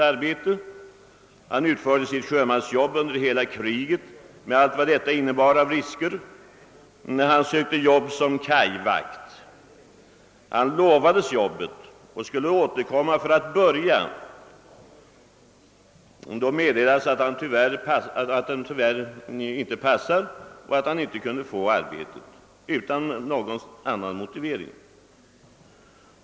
Han hade utfört sitt sjömansjobb under hela kriget med allt vad det innebar av risker. Han sökte jobb som kaj vakt. Han fick löfte om jobbet och skulle återkomma för att börja. Då meddelades det att han tyvärr inte passade och att han inte kunde få arbetet — utan någon vidare motivering.